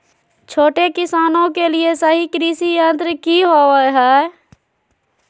छोटे किसानों के लिए सही कृषि यंत्र कि होवय हैय?